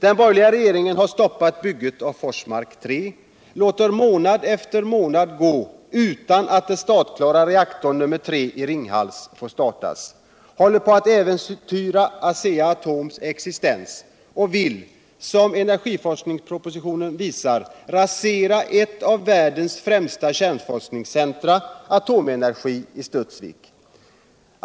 Den borgerliga regeringen har stoppat bygget av Forsmark 3, låter månad efter månad gå utan alt den startklara reaktorn nr 3 i Ringhals får startas, håller på att äventyra Asea-Atoms existens och vill — som energiforskningspropositionen visar — rasera ett av världens främsta kärnforskningscentra, Atomenergi i Studsvik.